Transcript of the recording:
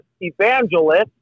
evangelist